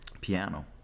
Piano